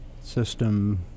system